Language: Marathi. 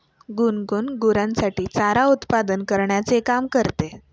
गुनगुन गुरांसाठी चारा उत्पादन करण्याचे काम करते